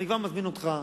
אני כבר מזמין אותך,